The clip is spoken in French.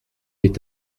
est